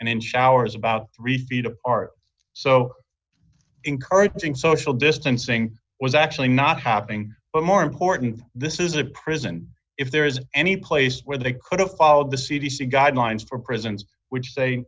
in showers about three feet apart so encouraging social distancing was actually not happening but more importantly this is a prison if there is any place where they could have followed the c d c guidelines for prisons which say